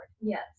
yes